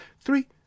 Three